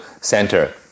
center